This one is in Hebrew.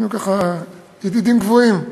ידידים קבועים.